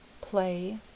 play